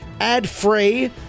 ad-free